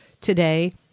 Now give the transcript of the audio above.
today